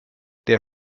der